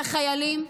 והחיילים?